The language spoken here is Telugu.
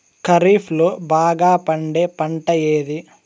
ఖరీఫ్ లో బాగా పండే పంట ఏది?